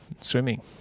Swimming